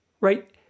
right